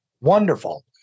Wonderful